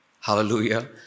hallelujah